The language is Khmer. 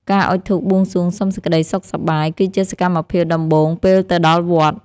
ការអុជធូបបួងសួងសុំសេចក្តីសុខសប្បាយ គឺជាសកម្មភាពដំបូងពេលទៅដល់វត្ត។